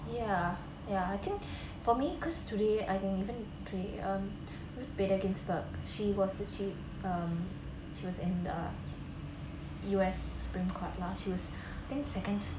ya ya I think for me because today I think even three um bader ginsburg she was she um she was in the U_S supreme court lah she was think second